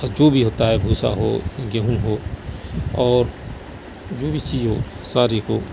اور جو بھی ہوتا ہے بھوسا ہو گیہوں ہو اور جو بھی چیز ہو ساری کو